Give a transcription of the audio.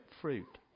fruit